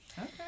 Okay